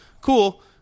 cool